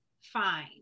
Fine